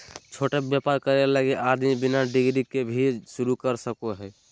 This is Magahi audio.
छोटा व्यापर करे लगी आदमी बिना डिग्री के भी शरू कर सको हइ